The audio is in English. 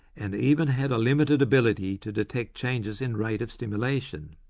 and even had a limited ability to detect changes in rate of stimulation.